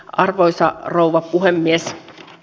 arvoisa rouva puhemies